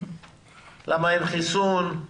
למה אין חיסון.